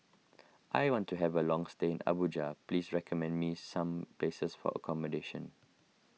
I want to have a long stay in Abuja please recommend me some places for accommodation